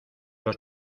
los